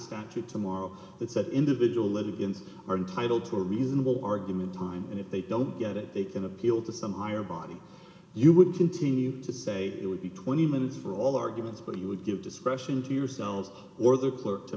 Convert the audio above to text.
actually tomorrow and said individual libyans are entitled to a reasonable argument time and if they don't get it they can appeal to some higher body you would continue to say it would be twenty minutes for all arguments but he would give discretion to yourselves or the clerk to